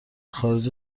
خارج